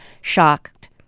shocked